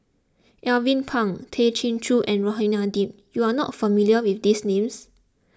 Alvin Pang Tay Chin Joo and Rohani Din you are not familiar with these names